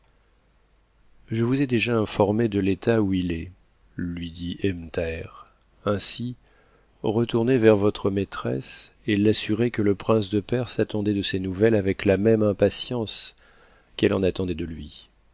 je vous ai déjà informée de l'état où il est lui dit ebn tbaher ainsi retournez vers votre maîtresse et l'assurez que le prince de perse attendait de ses nouvelles avec la même impatience qu'elle en attendait de lui